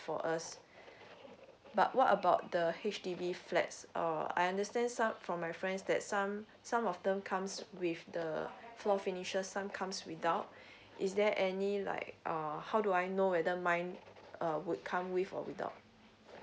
for us but what about the H_D_B flats uh I understand some from my friends that some some of the them comes with the floor finishes some comes without is there any like err how do I know whether mine uh would come with or without